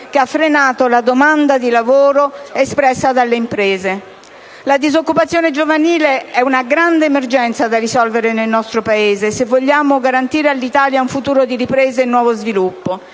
che ha frenato la domanda di lavoro espressa dalle imprese. La disoccupazione giovanile è una grande emergenza da risolvere nel nostro Paese, se vogliamo garantire all'Italia un futuro di ripresa e nuovo sviluppo.